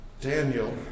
Daniel